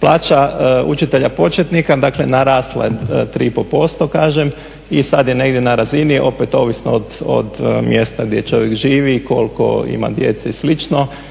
Plaća učitelja početnika dakle narasla je 3,5% kažem i sada je negdje na razini opet ovisno od mjesta gdje čovjek živi i koliko ima djece i